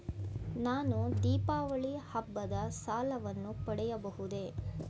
ನಾನು ದೀಪಾವಳಿ ಹಬ್ಬದ ಸಾಲವನ್ನು ಪಡೆಯಬಹುದೇ?